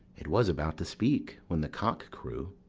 it was about to speak, when the cock crew.